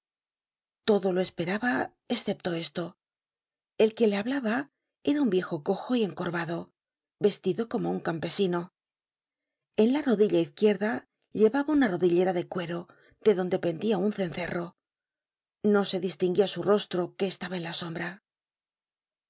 todo lo esperaba escepto esto el que le hablaba era un viejo cojo y encorvado vestido como un campesino en la rodilla izquierda llevaba una rodillera de cuero de donde pendia un cencerro no se distinguía su rostro que estaba en la sombra